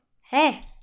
Hey